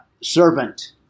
servant